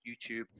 YouTube